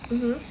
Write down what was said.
mmhmm